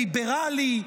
ליברלי,